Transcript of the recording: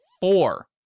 four